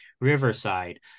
Riverside